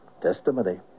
Testimony